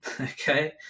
okay